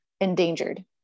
endangered